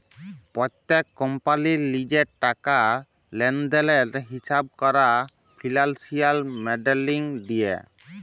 প্যত্তেক কম্পালির লিজের টাকা লেলদেলের হিঁসাব ক্যরা ফিল্যালসিয়াল মডেলিং দিয়ে